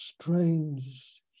strange